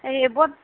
হেৰি এইবোৰত